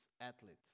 athletes